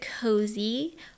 cozy